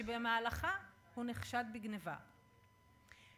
שבמהלכה הוא נחשד בגנבה לכאורה,